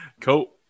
Cool